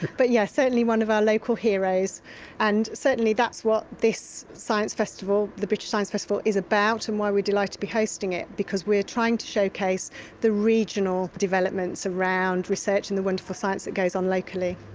but yes, certainly one of our local heroes and certainly that's what this science festival, the british science festival is about and why we are delighted to be hosting it because we are trying to showcase the regional developments around research and the wonderful science that goes on locally.